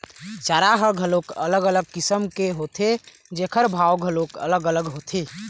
चारा ह घलोक अलग अलग किसम के होथे जेखर भाव घलोक अलग अलग होथे